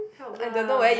help lah